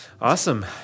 Awesome